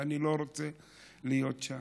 ואני לא רוצה להיות שם.